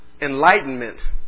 enlightenment